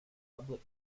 public